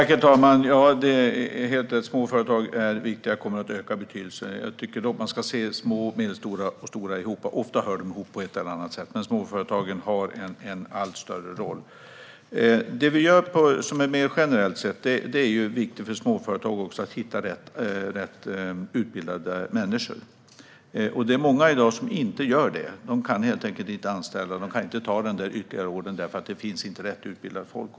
Herr talman! Ja, det är helt rätt att småföretagen är viktiga och kommer att öka i betydelse. Jag tycker dock att man ska se små och medelstora företag ihop, för ofta hör de ihop på ett eller annat sätt. Men småföretagen spelar en allt större roll. Generellt är det viktigt för småföretag att hitta rätt utbildade människor. Det är många i dag som inte gör det och helt enkelt inte kan anställa. De kan inte ta den där ytterligare ordern därför att det inte finns rätt utbildat folk.